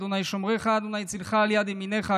ה' שֹמרך ה' צלך על יד ימינך.